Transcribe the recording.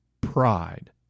pride